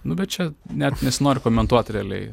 nu bet čia net nesinori komentuoti realiai